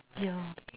yeah